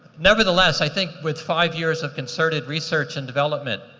nevertheless, i think with five years of concerted research and development,